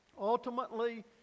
ultimately